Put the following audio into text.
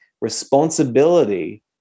Responsibility